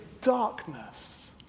darkness